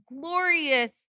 glorious